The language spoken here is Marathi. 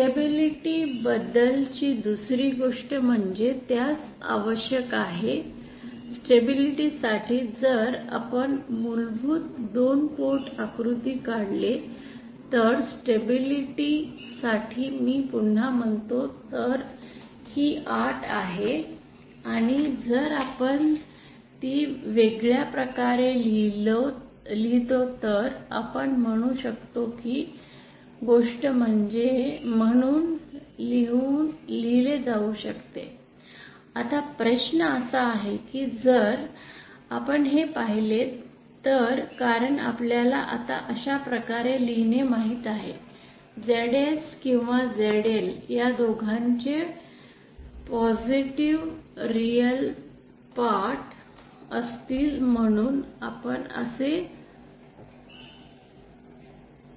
स्टॅबिलिटी बद्दलची दुसरी गोष्ट म्हणजे त्यास आवश्यक आहे स्टॅबिलिटी साठी जर आपण मूलभूत 2 पोर्ट आकृती काढले तर स्टॅबिलिटी स्टॅबिलिटी साठी मी पुन्हा म्हणालो तर ही अट आहे आणि जर आपण ती वेगळ्या प्रकारे लिहितो तर आपण म्हणू शकतो ही गोष्ट म्हणून लिहिले जाऊ शकते आता प्रश्न असा आहे की जर आपण हे पाहिले तर कारण आपल्याला आता अशा प्रकारे लिहिणे माहित आहे ZS किंवा ZL या दोघांचे पॉसिटीव्ह रिअल भाग असतील म्हणून आपण असे